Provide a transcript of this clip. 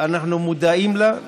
אנחנו מודעים לה.